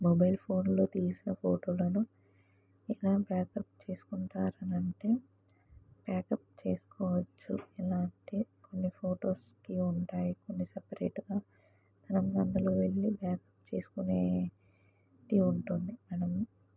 mobile ఫోన్లో తీసిన ఫోటోలను ఎలా బ్యాకప్ చేసుకుంటారు అని అంటే బ్యాకప్ చేసుకోవచ్చు ఎలా అంటే కొన్ని ఫొటోస్కి ఉంటాయి కొన్ని సపరేట్గా మనం అందులో వెళ్ళి బ్యాకప్ చేసుకునేది ఉంటుంది మనము